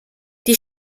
die